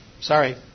Sorry